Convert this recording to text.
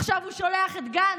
עכשיו הוא שולח את גנץ,